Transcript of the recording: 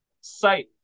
site